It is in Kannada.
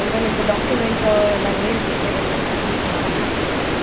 ಈಗ ನಿಮ್ದು ಡಾಕ್ಯೂಮೆಂಟ್ ಎಲ್ಲ ಹೇಳ್ತೀನಿ ಅದನ್ನೆಲ್ಲ ಸಬ್ಮಿಟ್ ಮಾಡಿದ್ರೆ ಹಾಕಿಸ್ಕೊಡ್ತೀವಿ